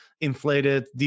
inflated